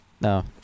No